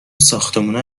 ساختمونه